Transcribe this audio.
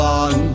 on